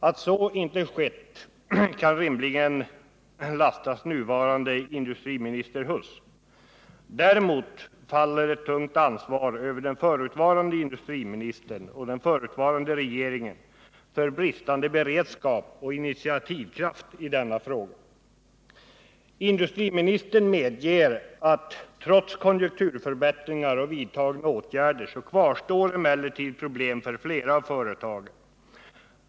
Att så inte skett kan rimligen inte nuvarande industriminister Huss lastas för. Däremot faller ett tungt ansvar över den förutvarande industriministern och den förutvarande regeringen för bristande beredskap och initiativkraft i denna fråga. Industriministern medger att trots konjunkturförbättringar och vidtagna åtgärder kvarstår problem för flera av företagen.